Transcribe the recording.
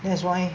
that's why